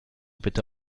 bitte